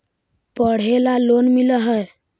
पढ़े ला लोन मिल है?